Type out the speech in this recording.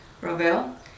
Ravel